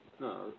No